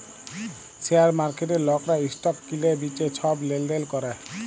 share মার্কেটে লকরা stock কিলে বিঁচে ছব লেলদেল ক্যরে